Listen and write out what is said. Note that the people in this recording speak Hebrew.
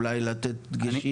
אולי לתת דגשים.